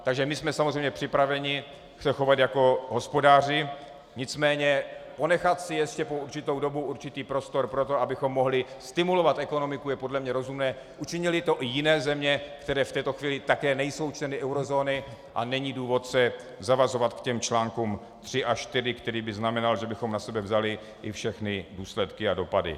Takže my jsme samozřejmě připraveni se chovat jako hospodáři, nicméně ponechat si ještě po určitou dobu určitý prostor pro to, abychom mohli stimulovat ekonomiku, je to podle mě rozumné, učinily to i jiné země, které v této chvíli také nejsou členy eurozóny, a není důvod se zavazovat k těm článkům 3 a 4, které by znamenaly, že bychom na sebe vzali i všechny důsledky a dopady.